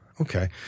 okay